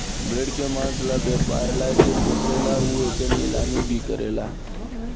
भेड़ के मांस ला व्यापर ला जे पोसेला उ एकर नीलामी भी करेला